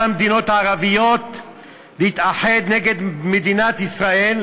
המדינות הערביות להתאחד נגד מדינת ישראל